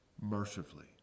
mercifully